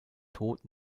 tod